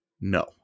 no